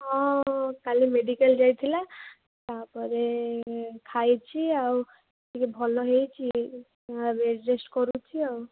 ହଁ କାଲି ମେଡ଼ିକାଲ୍ ଯାଇଥିଲା ତା'ପରେ ଖାଇଛି ଆଉ ଟିକିଏ ଭଲ ହୋଇଛି ଏବେ ରେଷ୍ଟ୍ କରୁଛି ଆଉ